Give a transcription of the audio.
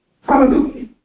Hallelujah